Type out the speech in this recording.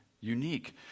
unique